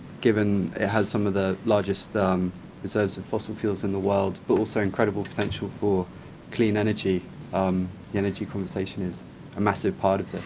given it has some of the largest um reserves of fossil fuels in the world but also incredible potential for clean energy, um the energy conversation is a massive part of